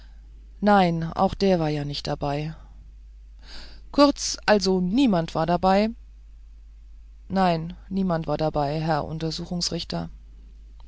nein auch er war ja nicht dabei kurz also niemand war dabei nein niemand war dabei herr untersuchungsrichter